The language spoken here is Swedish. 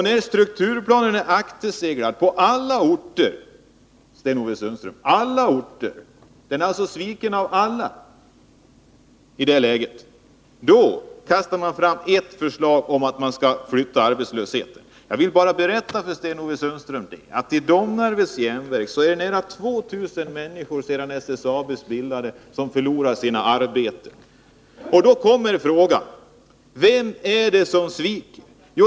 När strukturplanen är akterseglad på alla orter, Sten-Ove Sundström -— alla har alltså svikit den i det här läget — kastar man fram ett förslag om att arbetslösheten skall flyttas. Jag vill i detta sammanhang framhålla, Sten-Ove Sundström, att nära 2 000 människor förlorat sina arbeten vid Domnarvets Järnverk sedan SSAB bildades. Då uppstår frågan: Vem är det som sviker?